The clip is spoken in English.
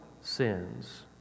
sins